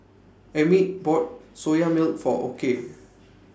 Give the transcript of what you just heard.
Emmitt bought Soya Milk For Okey